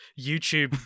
youtube